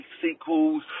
sequels